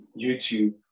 YouTube